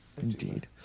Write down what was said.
Indeed